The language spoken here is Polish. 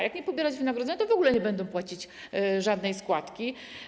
Jak nie będą pobierać wynagrodzenia, to w ogóle nie będą płacić żadnej składki.